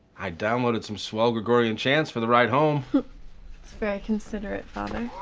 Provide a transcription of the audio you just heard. i downloaded some swell gregorian chants for the ride home. that's very considerate, father.